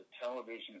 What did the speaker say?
television